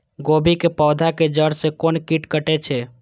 गोभी के पोधा के जड़ से कोन कीट कटे छे?